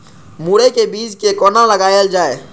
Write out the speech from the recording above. मुरे के बीज कै कोना लगायल जाय?